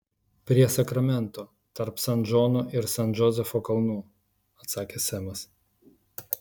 prie sakramento tarp san džono ir san džozefo kalnų atsakė semas